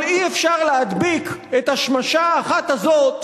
אבל אי-אפשר להדביק את השמשה האחת הזאת